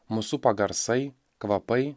mus supa garsai kvapai